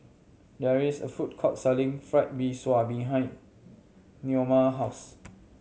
there is a food court selling Fried Mee Sua behind Naoma house